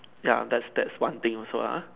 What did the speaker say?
ya that's that's one thing also lah